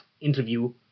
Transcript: interview